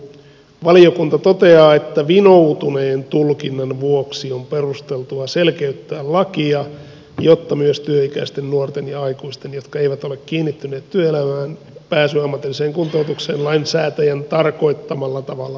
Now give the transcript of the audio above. valiokunta toteaa että vinoutuneen tulkinnan vuoksi on perusteltua selkeyttää lakia jotta myös työikäisten nuorten ja aikuisten jotka eivät ole kiinnittyneet työelämään pääsy ammatilliseen kuntoutukseen lainsäätäjän tarkoittamalla tavalla varmistettaisiin